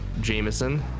Jameson